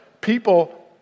people